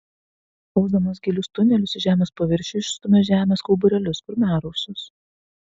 rausdamas gilius tunelius į žemės paviršių išstumia žemės kauburėlius kurmiarausius